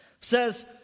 says